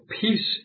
peace